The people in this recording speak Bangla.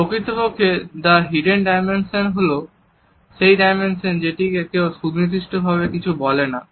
প্রকৃতপক্ষে দ্য হিডেন ডাইমেনশন হল সেই ডাইমেনশন যেটিকে নিয়ে কেউ সুনির্দিষ্টভাবে কিছু বলে না